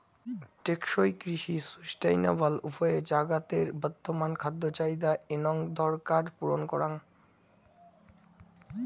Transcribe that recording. টেকসই কৃষি সুস্টাইনাবল উপায়ে জাগাতের বর্তমান খাদ্য চাহিদা এনং দরকার পূরণ করাং